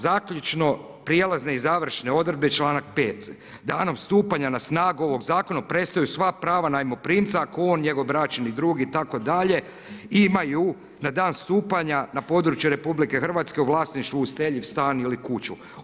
Zaključno prijelazne i završne odredbe, članak 5. Danom stupanja na snagu ovog zakona prestaju sva prava najmoprimca ako on, njegov bračni drug itd. imaju na dan stupanja na području RH u vlasništvu useljiv stan ili kuću.